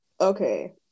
Okay